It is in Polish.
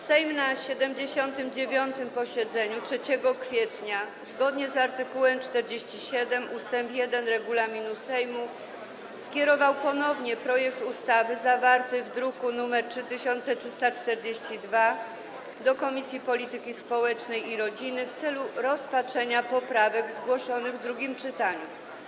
Sejm na 79. posiedzeniu 3 kwietnia zgodnie z art. 47 ust. 1 regulaminu Sejmu skierował ponownie projekt ustawy zawarty w druku nr 3342 do Komisji Polityki Społecznej i Rodziny w celu rozpatrzenia poprawek zgłoszonych w drugim czytaniu.